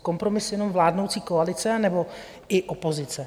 Kompromis jenom vládnoucí koalice, anebo i opozice?